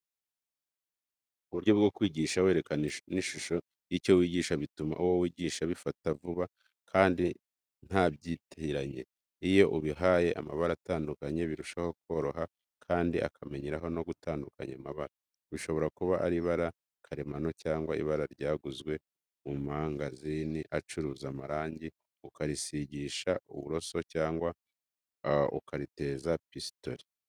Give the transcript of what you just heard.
Uburyo bwo kwigisha werekana n'ishusho y'icyo wigisha bituma uwo wigisha abifata vuba kandi ntabyitiranye. Iyo ubihaye amabara atandukanye birushaho koroha kandi akamenyeraho no gutandukanya amabara. Bishobora kuba ari ibara karemano cyangwa ibara ryaguzwe mu mangazini acuruza amarangi, ukarisigisha uburuso cyangwa ukariteza pisitore.